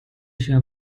się